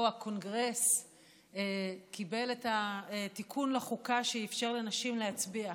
הקונגרס קיבל את התיקון לחוקה שאפשר לנשים להצביע.